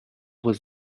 was